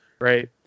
Right